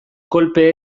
kolpe